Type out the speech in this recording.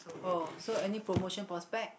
oh so any promotion prospect